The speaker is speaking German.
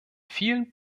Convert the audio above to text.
vielen